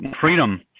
freedom